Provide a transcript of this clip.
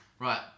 Right